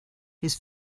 his